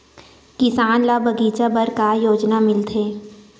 किसान ल बगीचा बर का योजना मिलथे?